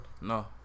No